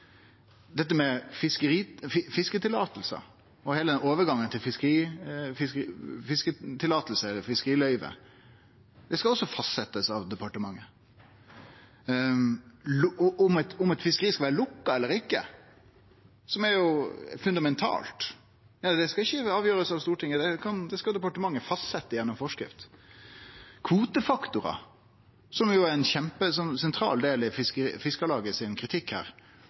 Dette med fiskeløyve, og overgangen til fiskeløyve, skal også fastsetjast av departementet. Om eit fiskeri skal vere lukka eller ikkje, noko som er fundamentalt, skal ikkje avgjerast av Stortinget, det skal departementet fastsetje gjennom forskrift. Kvotefaktorar – som jo er ein kjempesentral del av kritikken frå Fiskarlaget: Heller ikkje det skal få lov til å stå i loven. Det skal fastsetjast av departementet. Igjen og igjen ser ein her